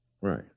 right